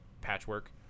patchwork